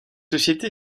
société